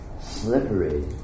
slippery